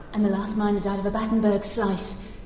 and the last miner died of a battenberg slice!